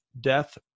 death